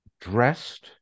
dressed